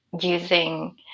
using